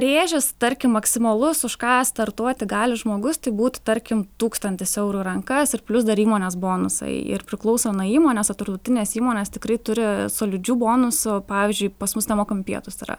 rėžis tarkim maksimalus už ką startuoti gali žmogus tai būtų tarkim tūkstantis eurų į rankas ir plius dar įmonės bonusai ir priklauso nuo įmonės o tarptautinės įmonės tikrai turi solidžių bonusų pavyzdžiui pas mus nemokami pietūs yra